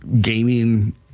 gaming